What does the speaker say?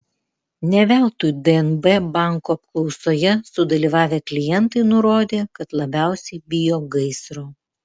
ne veltui dnb banko apklausoje sudalyvavę klientai nurodė kad labiausiai bijo gaisro